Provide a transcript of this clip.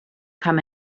come